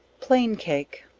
plain cake.